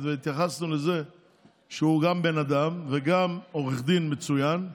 והתייחסנו לזה שהוא גם בן אדם וגם עורך דין מצוין,